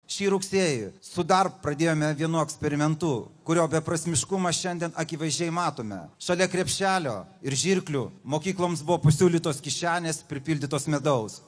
šį rugsėjį su dar pradėjome vienu eksperimentu kurio beprasmiškumą šiandien akivaizdžiai matome šalia krepšelio ir žirklių mokykloms buvo pasiūlytos kišenės pripildytos medaus